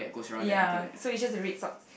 ya so it's just the red socks